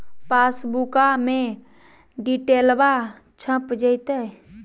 पासबुका में डिटेल्बा छप जयते?